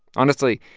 honestly,